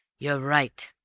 you're right,